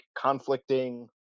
conflicting